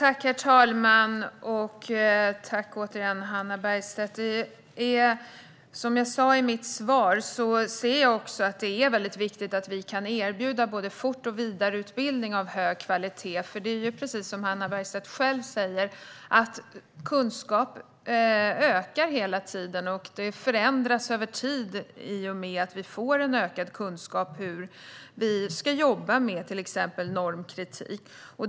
Herr talman! Jag tackar återigen Hannah Bergstedt. Som jag sa tidigare ser jag att det är väldigt viktigt att vi kan erbjuda både fort och vidareutbildning av hög kvalitet. Precis som Hannah Bergstedt säger ökar nämligen kunskapen hela tiden, och saker och ting förändras över tid i och med att vi får en ökad kunskap om hur vi ska jobba med till exempel normkritik.